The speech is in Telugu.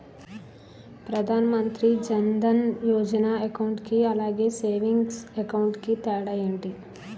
ప్రధాన్ మంత్రి జన్ దన్ యోజన అకౌంట్ కి అలాగే సేవింగ్స్ అకౌంట్ కి తేడా ఏంటి?